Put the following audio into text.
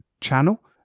channel